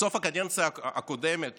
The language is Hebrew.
בסוף הקדנציה הקודמת